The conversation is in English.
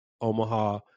Omaha